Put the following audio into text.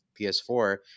PS4